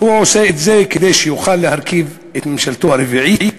הוא עושה את זה כדי שיוכל להרכיב את ממשלתו הרביעית.